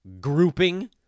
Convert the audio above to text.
grouping